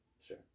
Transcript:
sure